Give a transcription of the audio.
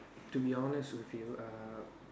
to be honest with you um